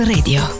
Radio